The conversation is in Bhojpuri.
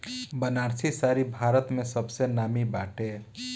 बनारसी साड़ी भारत में सबसे नामी बाटे